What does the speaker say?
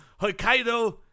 Hokkaido